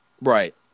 Right